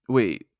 Wait